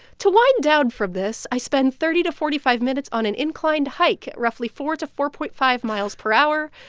to wind down from this, i spend thirty to forty five minutes on an inclined hike, roughly four to four point five miles per hour.